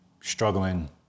struggling